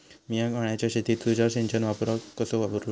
मिया माळ्याच्या शेतीत तुषार सिंचनचो वापर कसो करू?